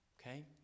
okay